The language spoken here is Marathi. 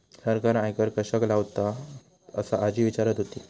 सरकार आयकर कश्याक लावतता? असा आजी विचारत होती